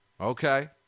Okay